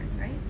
right